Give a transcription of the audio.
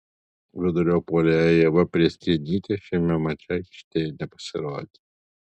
vidurio puolėja ieva prėskienytė šiame mače aikštėje nepasirodė